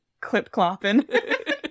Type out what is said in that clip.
Clip-clopping